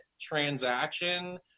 transaction